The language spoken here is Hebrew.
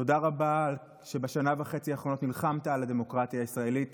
תודה רבה שבשנה וחצי האחרונות נלחמת על הדמוקרטיה הישראלית